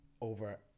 over